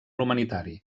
humanitari